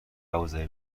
ابوذبی